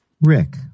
Rick